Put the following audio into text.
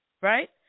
right